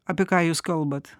apie ką jūs kalbat